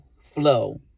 flow